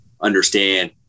understand